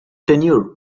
tenure